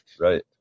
right